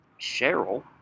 Cheryl